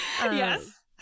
yes